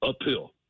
uphill